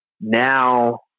now